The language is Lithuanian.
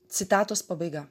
citatos pabaiga